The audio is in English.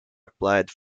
applied